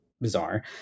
bizarre